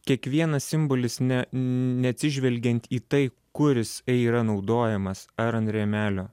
kiekvienas simbolis ne neatsižvelgiant į tai kur jis yra naudojamas ar an rėmelio